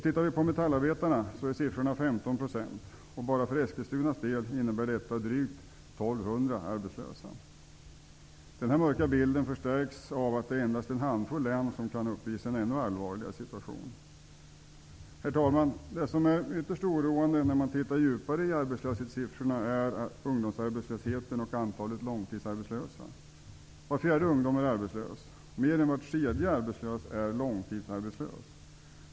För metallarbetarna är motsvarande siffra 15 %. Bara för Eskilstunas del innebär detta drygt 1 200 Denna mörka bild förstärks av att endast en handfull län kan uppvisa en ännu allvarligare situation. Herr talman! Det som är ytterst oroande när man tittar djupare i arbetslöshetssiffrorna är ungdomsarbetslösheten och antalet långtidsarbetslösa. Var fjärde ungdom är arbetslös. Mer än var tredje arbetslös är långtidsarbetslös.